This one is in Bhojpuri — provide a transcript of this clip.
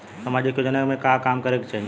सामाजिक योजना में का काम करे के चाही?